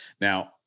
Now